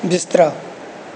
ਬਿਸਤਰਾ